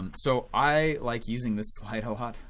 and so i like using this slide a lot.